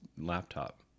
laptop